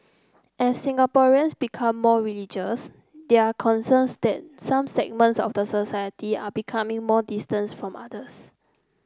as Singaporeans become more religious there are concerns that some segments of society are becoming more distant from others